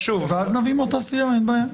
אז נביא מאותה סיעה, אין בעיה.